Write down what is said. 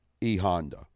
E-Honda